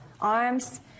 arms